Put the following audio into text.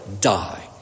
die